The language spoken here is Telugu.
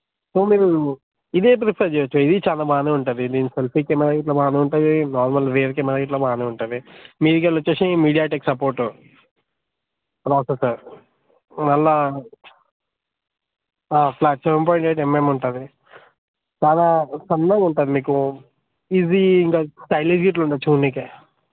సో మీరు ఇదే ప్రిఫర్ చేయవచ్చు ఇది చాలా బాగా ఉంటుంది దీని సెల్ఫీ కెమెరా ఇట్ల బాగా ఉంటుంది నార్మల్ రేర్ కెమెరా ఇట్ల బాగా ఉంటది మీదికి వెళ్ళి వచ్చి మీడియాటెక్ సపోర్టు ప్రాసెసర్ మళ్ళా flat seven point eight mm ఉంటుంది బాగా సన్నగా ఉంటుంది మీకు ఇది ఇంక స్టైలిష్ గిట్ల ఉంటుంది చూడడానికి